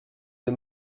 des